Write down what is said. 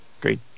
great